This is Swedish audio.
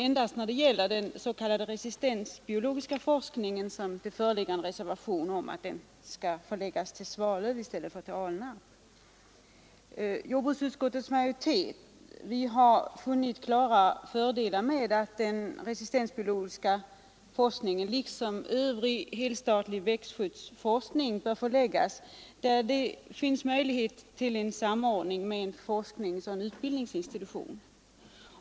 Endast när det gäller den resistensbiologiska forskningen föreligger en reservation om att denna bör förläggas till Svalöv i stället för till Alnarp. Vi inom jordbruksutskottets majoritet har funnit klara fördelar med att den resistensbiologiska forskningen liksom övrig helstatlig forskning förläggs där det finns möjligheter till samordning med en forskningsoch utbildningsinstitution.